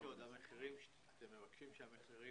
אתם מבקשים שהמחירים